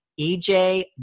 ej